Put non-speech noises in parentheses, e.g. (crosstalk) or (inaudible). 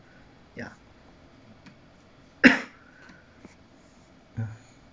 ya (coughs) (noise)